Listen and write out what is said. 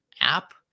app